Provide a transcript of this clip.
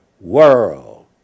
world